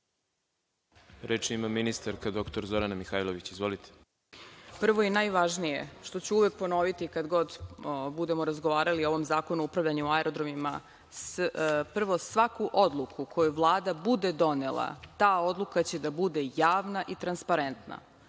Reč ima ministarka dr Zorana Mihajlović. **Zorana Mihajlović** Prvo i najvažnije što ću uvek ponoviti kada god budemo razgovarali o ovom Zakonu o upravljanju aerodromima. Prvo, svaku odluku koju Vlada bude donela, ta odluka će da bude javna i transparentna.